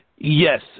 Yes